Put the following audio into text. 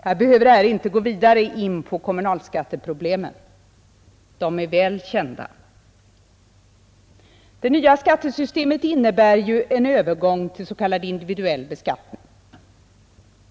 Jag behöver här inte gå vidare in på kommunalskatteproblemen — de är väl kända. Det nya skattesystemet innebär ju en övergång till s.k. individuell beskattning.